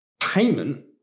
payment